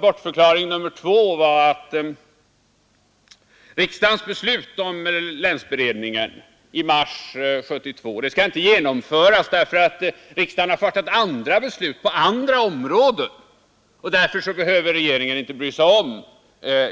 Bortförklaring nr 2 var att riksdagens beslut om länsberedningen i mars 1972 inte skall genomföras därför att riksdagen har fattat andra beslut på andra områden. Alltså behöver regeringen inte bry sig om